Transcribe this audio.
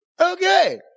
Okay